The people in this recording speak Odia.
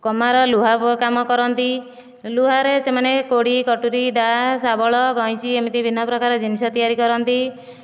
କମାର ଲୁହା କାମ କରନ୍ତି ଲୁହାରେ ସେମାନେ କୋଡ଼ି କଟୁରୀ ଦାଆ ଶାବଳ ଗଇଁଚି ବିଭିନ୍ନ ପ୍ରକାର ଜିନିଷ ତିଆରି କରନ୍ତି